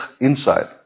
inside